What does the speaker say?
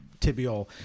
tibial